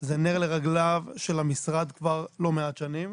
זה נר לרגליו של המשרד כבר לא מעט שנים.